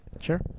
Sure